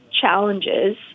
challenges